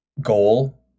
goal